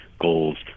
goals